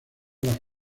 las